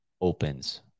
Open's